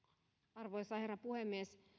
arvoisa herra puhemies